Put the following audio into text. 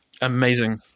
Amazing